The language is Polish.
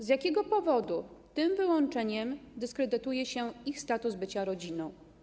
Z jakiego powodu tym wyłączeniem dyskredytuje się ich status bycia rodziną?